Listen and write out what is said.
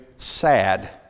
sad